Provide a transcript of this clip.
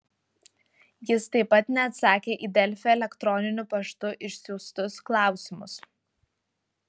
jis taip pat neatsakė į delfi elektroniniu paštu išsiųstus klausimus